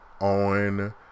on